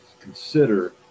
consider